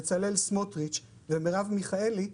בצלאל סמוטריץ' ומרב מיכאלי,